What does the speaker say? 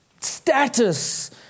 status